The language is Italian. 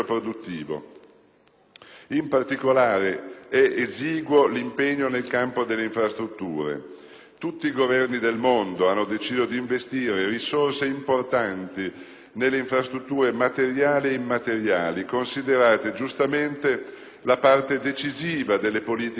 In particolare, è esiguo l'impegno nel campo delle infrastrutture. Tutti i Governi del mondo hanno deciso di investire risorse importanti nelle infrastrutture materiali ed immateriali, considerate giustamente la parte decisiva delle politiche anticicliche,